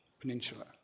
Peninsula